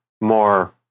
more